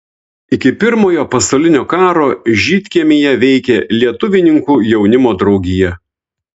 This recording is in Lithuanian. iki pirmojo pasaulinio karo žydkiemyje veikė lietuvininkų jaunimo draugija